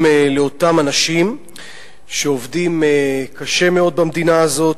לאותם אנשים שעובדים קשה מאוד במדינה הזאת,